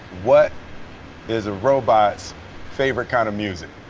what is a robot's favorite kind of music?